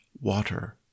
water